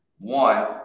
One